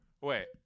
Wait